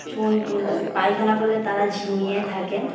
চুন পায়খানা কোললে তারা ঝিমিয়ে থাকে